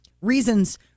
reasons